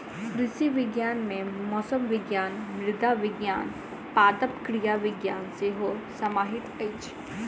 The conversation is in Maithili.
कृषि विज्ञान मे मौसम विज्ञान, मृदा विज्ञान, पादप क्रिया विज्ञान सेहो समाहित अछि